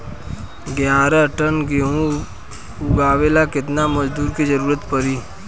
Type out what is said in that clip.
ग्यारह टन गेहूं उठावेला केतना मजदूर के जरुरत पूरी?